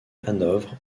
hanovre